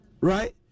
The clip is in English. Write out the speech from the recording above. right